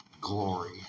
glory